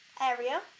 area